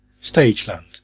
Stageland